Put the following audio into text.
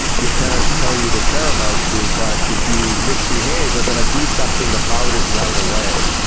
your parents tell you they care about you but if you misbehave they are going to do something about it right away.